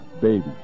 baby